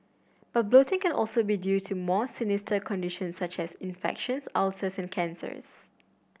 but bloating can also be due to more sinister conditions such as infections ulcers and cancers